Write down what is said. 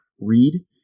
read